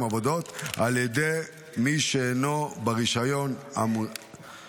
עבודות על ידי מי שאינו בעל רישיון מתאים.